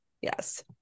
yes